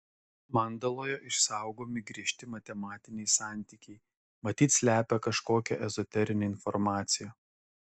mandaloje išsaugomi griežti matematiniai santykiai matyt slepia kažkokią ezoterinę informaciją